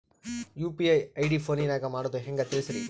UPI ID ಫೋನಿನಾಗ ಮಾಡೋದು ಹೆಂಗ ತಿಳಿಸ್ರಿ?